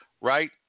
right